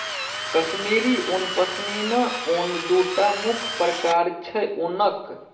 कश्मीरी उन, पश्मिना उन दु टा मुख्य प्रकार छै उनक